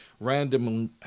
randomly